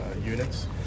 units